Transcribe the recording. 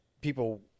people